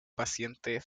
paciente